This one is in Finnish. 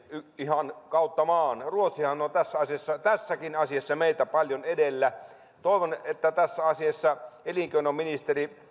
ihan kautta maan ruotsihan on on tässäkin asiassa meitä paljon edellä toivon että tässä asiassa elinkeinoministeri